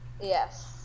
Yes